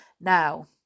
now